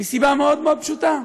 מסיבה מאוד מאוד פשוטה: